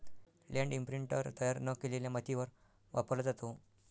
land imprinter तयार न केलेल्या मातीवर वापरला जातो